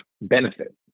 benefit